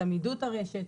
עמידות הרשת,